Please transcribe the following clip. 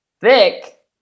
thick